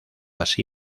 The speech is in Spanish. así